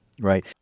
right